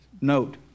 Note